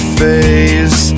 face